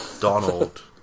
Donald